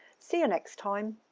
see you next time